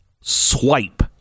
swipe